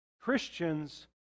Christians